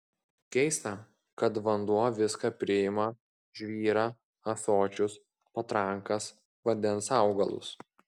keista kad vanduo viską priima žvyrą ąsočius patrankas vandens augalus